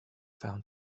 found